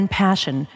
passion